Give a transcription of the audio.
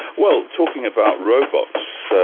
well, talking about robots,